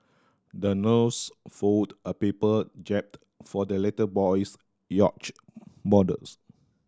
the nurse folded a paper jib for the little boy's yacht models